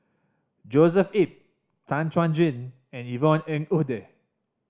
Joshua Ip Tan Chuan Jin and Yvonne Ng Uhde